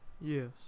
Yes